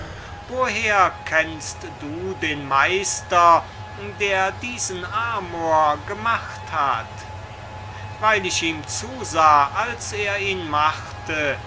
woher kennst du den phidias der diesen amor gemacht hat hippias weil ich ihm zusah wie er ihn machte